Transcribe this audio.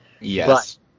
Yes